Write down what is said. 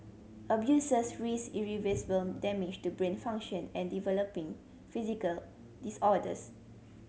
abusers risked irreversible damage to brain function and developing physical disorders